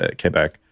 Quebec